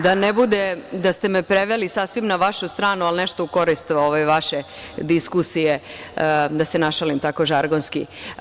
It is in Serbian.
Da ne bude da ste me preveli sasvim na vašu stranu, ali nešto u korist vaše diskusije, da se našalim, tako žargonski.